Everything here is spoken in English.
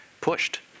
pushed